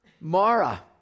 Mara